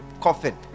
coffin